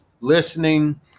listening